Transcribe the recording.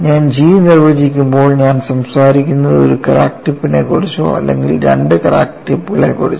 ഞാൻ G നിർവചിക്കുമ്പോൾ ഞാൻ സംസാരിക്കുന്നത് ഒരു ക്രാക്ക് ടിപ്പിനെക്കുറിച്ചോ അല്ലെങ്കിൽ രണ്ട് ക്രാക്ക് ടിപ്പുകളെക്കുറിച്ചോ